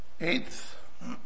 Eighth